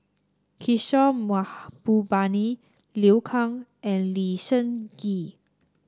Kishore Mahbubani Liu Kang and Lee Seng Gee